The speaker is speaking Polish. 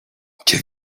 gdzie